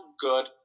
good